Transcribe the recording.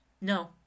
no